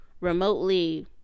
remotely